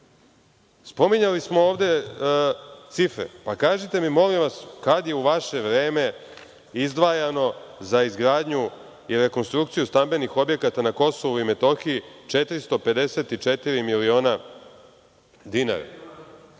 izda? Spominjali smo ovde cifre. Pa, kažite mi, molim vas, kada je u vaše vreme izdvajano za izgradnju i rekonstrukciju stambenih objekata na Kosovu i Metohiji 454 miliona dinara?